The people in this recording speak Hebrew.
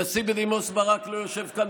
הנשיא בדימוס ברק לא יושב כאן,